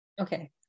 Okay